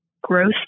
growth